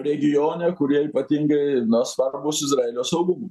regione kurie ypatingai svarbūs izraelio saugumui